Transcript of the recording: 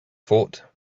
thought